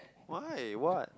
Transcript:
why what